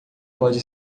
pode